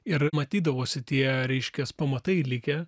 ir matydavosi tie reiškias pamatai likę